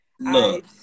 Look